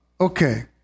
Okay